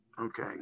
okay